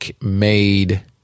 made